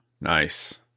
Nice